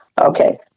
Okay